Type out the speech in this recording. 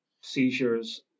seizures